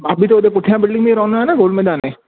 मां बि त हुते पुठियां बिल्डिंग में ई रहंदो आहियां न गोल मैदान जे